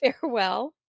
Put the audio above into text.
farewell